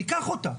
ניקח אותה.